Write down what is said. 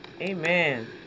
Amen